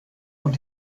und